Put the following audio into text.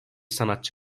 sanatçı